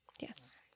Yes